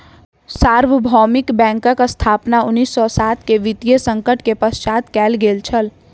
सार्वभौमिक बैंकक स्थापना उन्नीस सौ सात के वित्तीय संकट के पश्चात कयल गेल छल